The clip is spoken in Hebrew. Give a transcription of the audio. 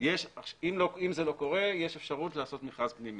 אם זה לא קורה יש אפשרות לעשות מכרז פנימי.